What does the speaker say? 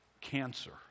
cancer